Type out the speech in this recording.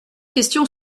question